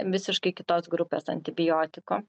visiškai kitos grupės antibiotiko